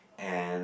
and